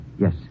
Yes